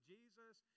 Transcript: Jesus